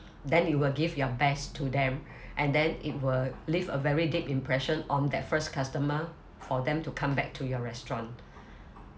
then you will give your best to them and then it will leave a very deep impression on that first customer for them to come back to your restaurant